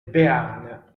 béarn